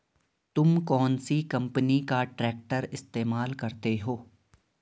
तुम कौनसी कंपनी का ट्रैक्टर इस्तेमाल करते हो?